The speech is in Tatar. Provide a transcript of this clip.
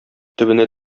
төбенә